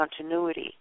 continuity